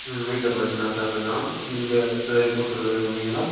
ம் வீட்டில் படிச்சிகிட்டு தான் சார் இருக்கான் நீங்கள் ஏதா ரிப்போர்ட் சொல்ல விரும்புகிறீங்களா